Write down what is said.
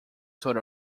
sort